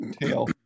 tail